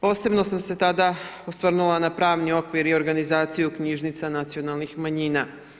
Posebno sam se tada osvrnula na pravni okvir i organizaciju knjižnica nacionalnih manjina.